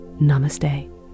Namaste